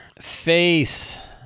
Face